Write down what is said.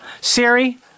Siri